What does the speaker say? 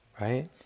right